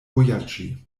vojaĝi